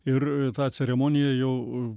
ir tą ceremoniją jau